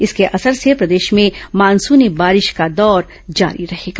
इसके असर से प्रदेश में मानसूनी बारिश का दौर जारी रहेगा